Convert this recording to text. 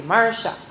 Marsha